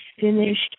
finished